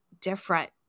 different